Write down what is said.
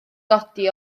godi